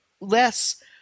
less